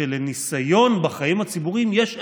שלניסיון בחיים הציבוריים יש ערך,